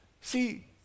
See